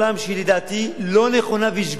שלדעתי היא לא נכונה ושגויה,